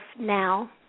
now